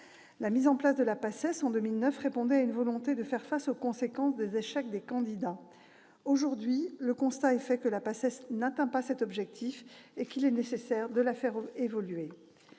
La mise en place de la PACES, en 2009, répondait à la volonté de faire face aux conséquences des échecs des candidats. Aujourd'hui, le constat est fait que la PACES n'atteint pas cet objectif et qu'il est nécessaire de la faire évoluer.